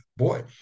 boy